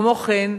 כמו כן,